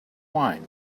wine